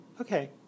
okay